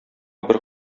бер